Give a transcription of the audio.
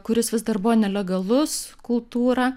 kuris vis dar buvo nelegalus kultūrą